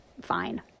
fine